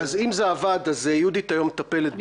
אז אם זה עבד, יהודית היום מטפלת בזה.